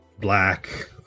black